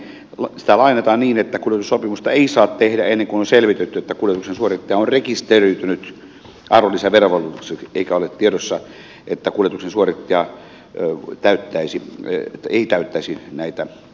sitä laajennetaan niin että kuljetussopimusta ei saa tehdä ennen kuin on selvitetty että kuljetuksen suorittaja on rekisteröitynyt arvonlisäverovelvolliseksi eikä ole tiedossa että kuljetuksen suorittaja ei täyttäisi näitä työnantajavelvoitteita